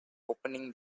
opening